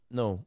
no